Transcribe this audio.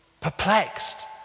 perplexed